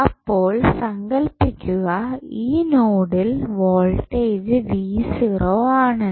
അപ്പോൾ സങ്കൽപ്പിക്കുക ഈ നോഡിൽ വോൾട്ടേജ് ആണെന്ന്